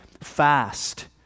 fast